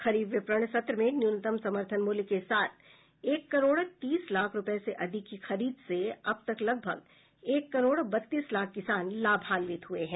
खरीफ विपणन सत्र में न्यूनतम समर्थन मूल्य के साथ एक करोड़ तीस लाख रूपये से अधिक की खरीद से अब तक लगभग एक करोड़ बत्तीस लाख किसान लाभान्वित हुए हैं